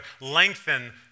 lengthen